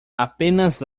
apenas